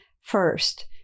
first